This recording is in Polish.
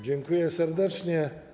Dziękuję serdecznie.